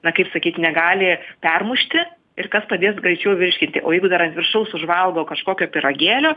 na kaip sakyt negali permušti ir kas padės greičiau virškinti o jeigu dar ant viršaus užvaldo kažkokio pyragėlio